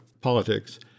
politics